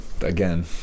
Again